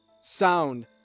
sound